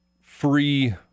free